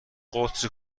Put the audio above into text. قدسی